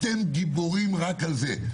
אתם גיבורים רק על זה.